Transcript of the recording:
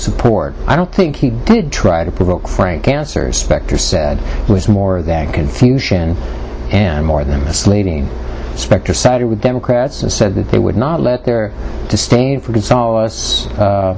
support i don't think he did try to provoke cancers specter said it was more than confusion and more than misleading specter sided with democrats and said that they would not let their distain